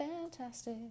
fantastic